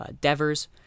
Devers